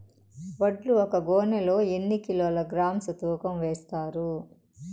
వడ్లు ఒక గోనె లో ఎన్ని కిలోగ్రామ్స్ తూకం వేస్తారు?